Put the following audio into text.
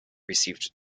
received